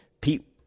Pete